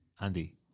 Andy